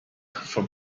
for